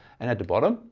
and at the bottom